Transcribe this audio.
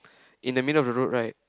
in the middle of the road right